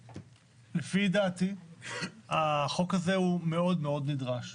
לפי דעתי החוק הזה הוא מאוד מאוד נדרש.